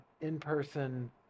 in-person